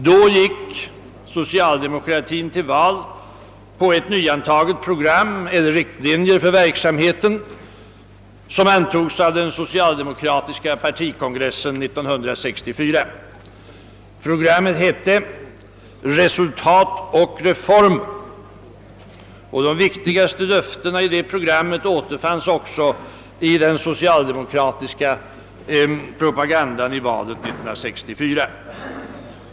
Det året gick socialdemokratin till val på ett nyantaget program, eller riktlinjer för verksamheten, som antogs av den socialdemokratiska partikongressen 1964. Programmet hette Resultat och reformer, och de viktigaste löftena däri återfanns även i den socialdemokratiska propagandan i valet 1964.